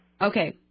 Okay